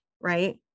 Right